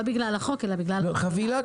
לא בגלל החוק אלא בגלל החבילה.